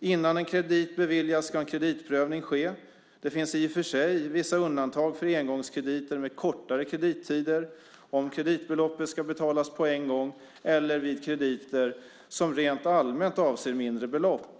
Innan en kredit beviljas ska kreditprövning ske. Det finns i och för sig vissa undantag för engångskrediter med kortare kredittider, om kreditbeloppet ska betalas på en gång eller vid krediter som rent allmänt avser mindre belopp.